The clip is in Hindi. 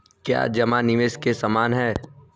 क्या जमा निवेश के समान है?